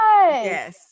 Yes